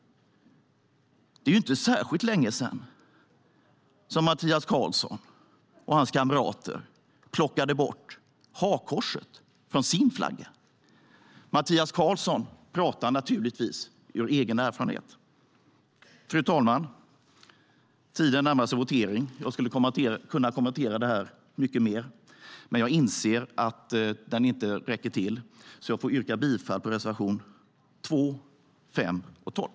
Det är inte särskilt länge sedan som Mattias Karlsson och hans kamrater plockade bort hakkorset från sin flagga. Mattias Karlsson pratar naturligtvis ur egen erfarenhet. Fru talman! Tiden närmar sig votering. Jag skulle kunna kommentera det här mycket mer, men jag inser att tiden inte räcker till, så jag får yrka bifall till reservationerna 2, 5 och 12.